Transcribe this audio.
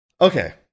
Okay